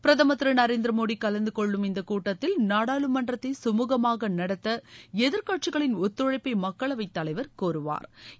பிரதமா் திரு நரேந்திரமோடி கலந்து கொள்ளும் இந்த கூட்டத்தில் நாடாளுமன்றத்தை கமூகமாக நடத்த எதிர்க்கட்சிகளின் ஒத்துழைப்பை மக்களவைத் தலைவா் கோருவாா்